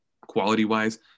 quality-wise